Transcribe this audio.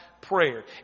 prayer